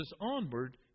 onward